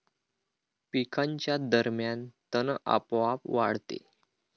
पिकांच्या दरम्यान तण आपोआप वाढते